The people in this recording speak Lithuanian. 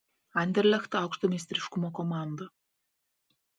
anderlecht aukšto meistriškumo komanda